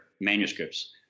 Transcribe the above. manuscripts